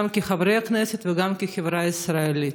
גם כחברי הכנסת, וגם בחברה הישראלית.